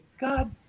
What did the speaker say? God